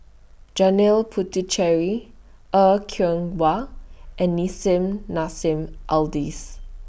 Janil Puthucheary Er Kwong Wah and Nissim Nassim Adis